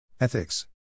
Ethics